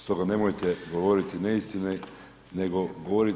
Stoga nemojte govoriti neistine nego govorite